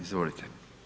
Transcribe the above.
Izvolite.